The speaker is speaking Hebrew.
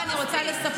זה לא מספיק.